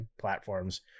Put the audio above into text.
platforms